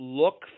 look